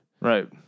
Right